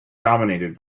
dominated